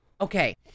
okay